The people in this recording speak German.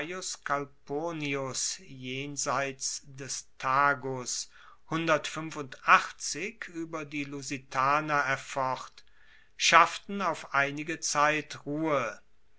jenseits des tagus ueber die lusitaner erfocht schafften auf einige zeit ruhe